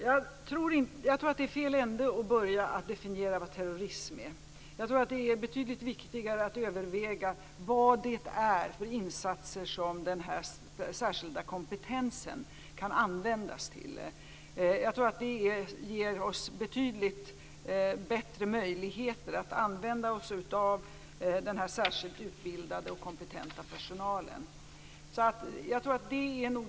Fru talman! Jag tror att det är fel ända att börja med att definiera vad terrorism är. Jag tror att det är betydligt viktigare att överväga vad det är för insatser som den här särskilda kompetensen kan användas till. Jag tror att det ger oss betydligt bättre möjligheter att använda oss av den här särskilt utbildade och kompetenta personalen.